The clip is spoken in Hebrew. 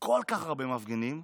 כל כך הרבה מפגינים,